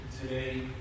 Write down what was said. today